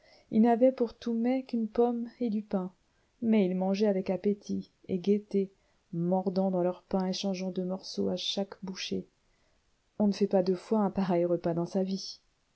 ils n'avaient pour tout mets qu'une pomme et du pain mais ils mangeaient avec appétit et gaieté mordant dans leur pain et changeant de morceau à chaque bouchée on ne fait pas deux fois un pareil repas dans sa vie